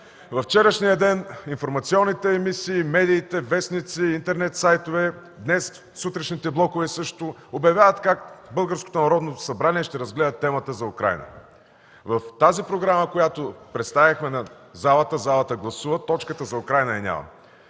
във вчерашния ден информационните емисии, медиите, вестници, интернет сайтове, днес сутрешните блокове също обявяват как българското Народно събрание ще разгледа темата за Украйна. В програмата, която представихме на залата и тя гласува, точката за Украйна я няма.